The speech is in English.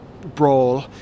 brawl